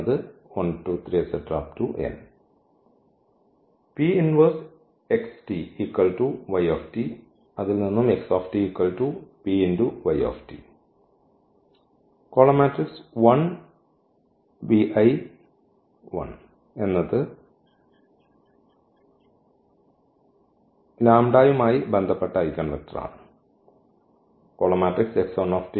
എന്നത് യുമായി ബന്ധപ്പെട്ട ഐഗൻവെക്റ്റർ ആണ്